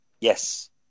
yes